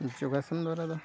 ᱡᱳᱜᱟᱥᱚᱱ ᱫᱚᱣᱟᱨᱟ ᱫᱚ